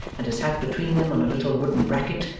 and his hat between them on a little wooden bracket,